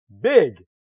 big